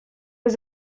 was